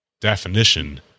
definition